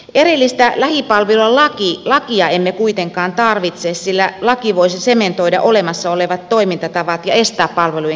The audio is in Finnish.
erillistä lähipalvelulakia emme kuitenkaan tarvitse sillä laki voisi sementoida olemassa olevat toimintatavat ja estää palvelujen kehittämisen